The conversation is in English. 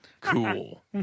Cool